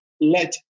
let